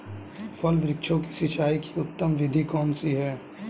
फल वृक्षों की सिंचाई की उत्तम विधि कौन सी है?